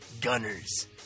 gunners